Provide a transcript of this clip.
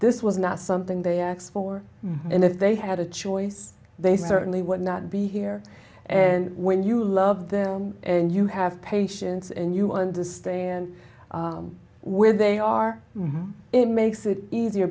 this was not something they acts for and if they had a choice they certainly would not be here and when you love them and you have patients and you understand where they are it makes it easier